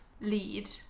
lead